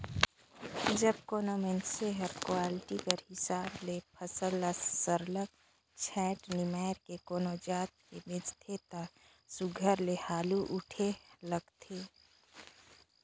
जब कोनो मइनसे हर क्वालिटी कर हिसाब ले फसल ल सरलग छांएट निमाएर के कोनो जाएत ल बेंचथे ता सुग्घर ले हालु उठे लगथे